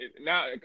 now